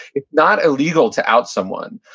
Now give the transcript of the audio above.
it's not illegal to out someone.